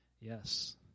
Yes